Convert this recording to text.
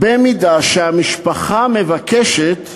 "במידה שהמשפחה מבקשת,